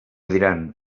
diran